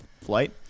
flight